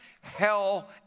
hell